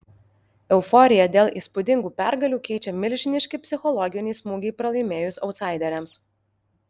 euforiją dėl įspūdingų pergalių keičia milžiniški psichologiniai smūgiai pralaimėjus autsaideriams